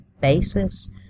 basis